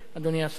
אדוני השר,